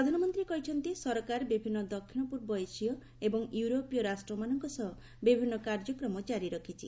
ପ୍ରଧାନମନ୍ତ୍ରୀ କହିଛନ୍ତି ସରକାର ବିଭିନ୍ନ ଦକ୍ଷିଣ ପୂର୍ବ ଏସୀୟ ଏବଂ ୟୁରୋପୀୟ ରାଷ୍ଟ୍ରମାନଙ୍କ ସହ ବିଭିନ୍ନ କାର୍ଯ୍ୟକ୍ରମ ଜାରି ରଖିଛି